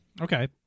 Okay